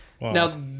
Now